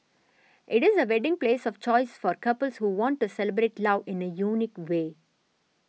it is the wedding place of choice for couples who want to celebrate love in a unique way